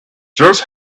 just